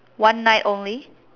one night only